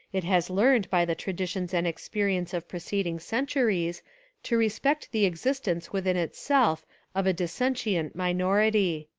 it has learned by the traditions and experience of preceding centuries to respect the existence within itself of a dissentient minority.